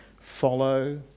follow